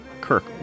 Kirk